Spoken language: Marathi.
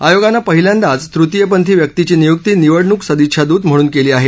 आयोगानं पहिल्यांदाच तृतीयपंथी व्यक्तीची नियुक्ती निवडणूक सदिच्छादूत म्हणून केली आहे